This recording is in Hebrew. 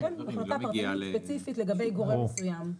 כן, החלטה פרטנית, ספציפית לגבי גורם מסוים.